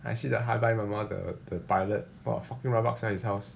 I see the hi bye mama the the pilot !wah! fucking rabak sia his house